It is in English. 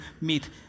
meet